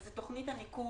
וזה תוכנית הניקוי.